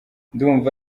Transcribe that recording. ndumva